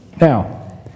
Now